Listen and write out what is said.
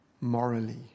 morally